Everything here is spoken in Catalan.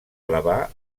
elevar